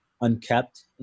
unkept